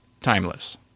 Timeless